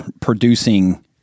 producing